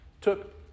took